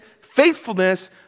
faithfulness